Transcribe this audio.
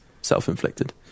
self-inflicted